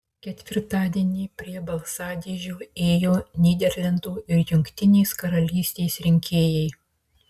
ketvirtadienį prie balsadėžių ėjo nyderlandų ir jungtinės karalystės rinkėjai